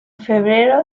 febrero